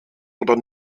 oder